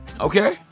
okay